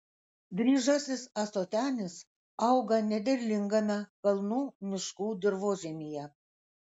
dryžasis ąsotenis auga nederlingame kalnų miškų dirvožemyje